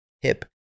hip